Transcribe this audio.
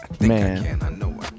man